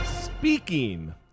Speaking